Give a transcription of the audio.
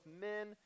men